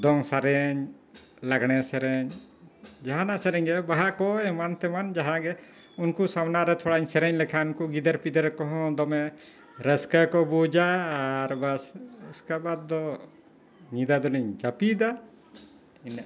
ᱫᱚᱝ ᱥᱮᱨᱮᱧ ᱞᱟᱜᱽᱬᱮ ᱥᱮᱨᱮᱧ ᱡᱟᱦᱟᱱᱟᱜ ᱥᱮᱨᱮᱧ ᱜᱮ ᱵᱟᱦᱟ ᱠᱚ ᱮᱢᱟᱱ ᱛᱮᱢᱟᱱ ᱡᱟᱦᱟᱸ ᱜᱮ ᱩᱱᱠᱩ ᱥᱟᱢᱱᱟ ᱨᱮ ᱛᱷᱚᱲᱟᱧ ᱥᱮᱨᱮᱧ ᱞᱮᱠᱷᱟᱱ ᱩᱱᱠᱩ ᱜᱤᱫᱟᱹᱨ ᱯᱤᱫᱟᱹᱨ ᱠᱚᱦᱚᱸ ᱫᱚᱢᱮ ᱨᱟᱹᱥᱠᱟᱹ ᱠᱚ ᱵᱩᱡᱟ ᱟᱨ ᱵᱟᱥ ᱩᱥᱠᱮ ᱵᱟᱫᱽ ᱫᱚ ᱧᱤᱫᱟᱹ ᱫᱚᱞᱤᱧ ᱡᱟᱹᱯᱤᱫᱟ ᱤᱱᱟᱹᱜ